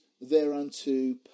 thereunto